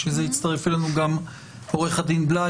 בשביל זה הצטרף אלינו גם עו"ד בליי,